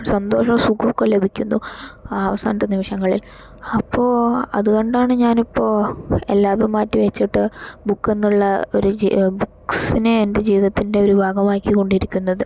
സന്തോഷവും സുഖവുമൊക്കെ ലഭിക്കുന്നു അവസാനത്തെ നിമിഷങ്ങളിൽ അപ്പോൾ അതുകൊണ്ടാണ് ഞാൻ ഇപ്പോൾ എല്ലാ ഇതും മാറ്റിവെച്ചിട്ട് ബുക്കെന്നുള്ള ഒരു ഇത് ബുക്ക്സിനെ എൻ്റെ ജീവിതത്തിൻ്റെ ഒരു ഭാഗമാക്കി കൊണ്ടിരിക്കുന്നത്